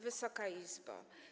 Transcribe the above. Wysoka Izbo!